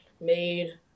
made